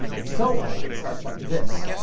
it's so old it starts like this.